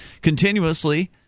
continuously